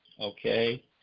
okay